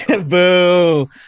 boo